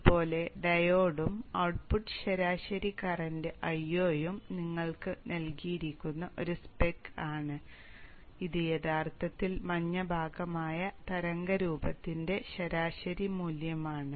അതുപോലെ ഡയോഡും ഔട്ട്പുട്ട് ശരാശരി കറന്റ് Io യും നിങ്ങൾക്ക് നൽകിയിരിക്കുന്ന ഒരു സ്പെക് ആണ് ഇത് യഥാർത്ഥത്തിൽ മഞ്ഞ ഭാഗമായ തരംഗരൂപത്തിൻറെ ശരാശരി മൂല്യമാണ്